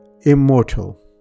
immortal